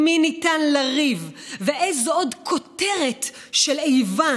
עם מי ניתן לריב ואיזו עוד כותרת של איבה